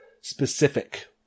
specific